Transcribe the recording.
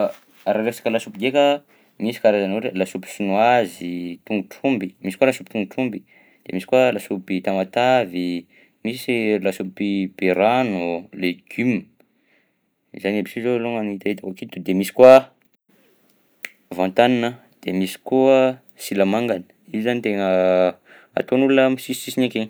Raha resaka lasopy ndraina misy karazana ohatra hoe lasopy chinoise, tongotr'omby misy koa lasopy tongotr'omby, de misy koa lasopy tamatavy, misy lasopy be rano, legioma; izany aby si zao alongany hitahitako aketo, de misy koa van-tan de misy koa silamangany, io zany tegna atoan'olona am'sisisisiny akegny.